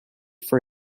for